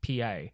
PA